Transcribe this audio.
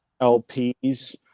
LPs